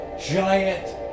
Giant